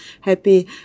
happy